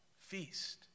feast